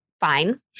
fine